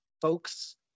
folks